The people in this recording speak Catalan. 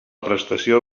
prestació